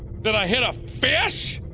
did i hit a fish?